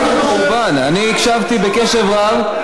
אני הקשבתי בקשב רב,